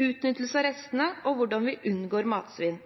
utnyttelse av restene og hvordan vi unngår matsvinn.